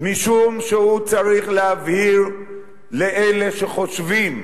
משום שהוא צריך להבהיר לאלה שחושבים,